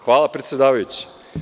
Hvala predsedavajući.